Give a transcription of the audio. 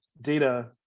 data